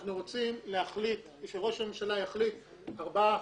אנחנו רוצים שראש הממשלה יחליט על ארבעה,